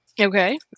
Okay